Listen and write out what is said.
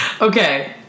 Okay